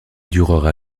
durera